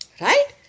right